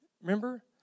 remember